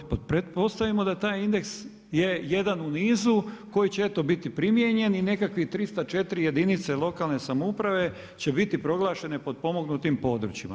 Pa pretpostavimo, da je taj indeks je jedan u nizu, koji će eto, biti primijenjen i nekakvih 304 jedinica lokalne samouprave, će biti proglašen potpomognutim područjima.